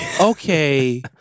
Okay